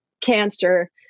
cancer